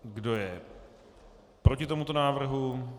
Kdo je proti tomuto návrhu?